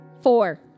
four